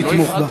לתמוך בה.